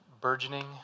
burgeoning